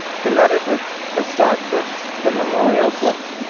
the letter books, the stock books, the memorial books,